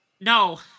No